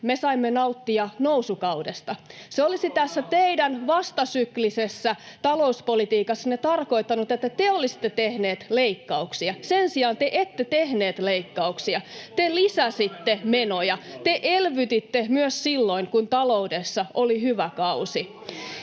[Antti Lindtman: Korona!] se olisi tässä teidän vastasyklisessä talouspolitiikassanne tarkoittanut, että te olisitte tehneet leikkauksia. Sen sijaan te ette tehneet leikkauksia. Te lisäsitte menoja. Te elvytitte myös silloin, kun taloudessa oli hyvä kausi,